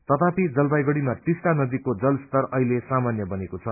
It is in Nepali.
तथापि जलपाईगड़ीमा तीस्टा नदीको जलस्तर अहिले सामान्य बनेको छ